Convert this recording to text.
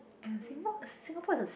and Singapore Singapore is the